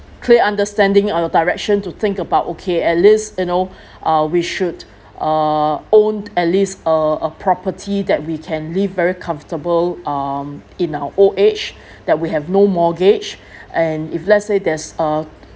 clear understanding on the direction to think about okay at least you know uh we should uh own at least uh a property that we can live very comfortable um in our old age that we have no mortgage and if let's say there's a